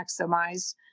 maximize